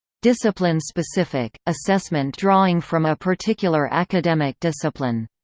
discipline-specific assessment drawing from a particular academic discipline.